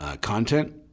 content